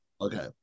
Okay